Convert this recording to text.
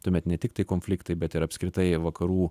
tuomet ne tiktai konfliktai bet ir apskritai vakarų